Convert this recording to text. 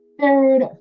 third